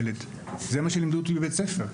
זה מה שלימדו אותי בבית הספר.